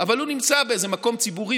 אבל הוא נמצא באיזה מקום ציבורי,